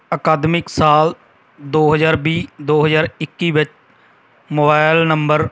ਅਕਾਦਮਿਕ ਸਾਲ ਦੋ ਹਜ਼ਾਰ ਵੀਹ ਦੋ ਹਜ਼ਾਰ ਇੱਕੀ ਵਿੱਚ ਮੋਬਾਈਲ ਨੰਬਰ